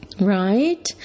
right